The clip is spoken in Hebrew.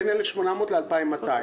בין 1,800 ל-2,200.